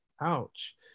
ouch